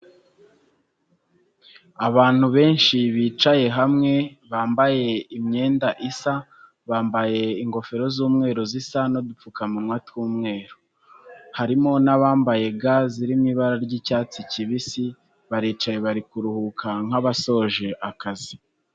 Abantu benshi bicaye hamwe bambaye imyenda isa, bambaye ingofero z'umweru zisa n'udupfukamunwa tw'umweru, harimo n'abambaye ga zirimo ibara ry'icyatsi kibisi baricaye bari kuruhuka nk'abasoje akazi.